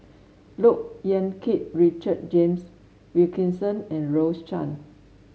Look Yan Kit Richard James Wilkinson and Rose Chan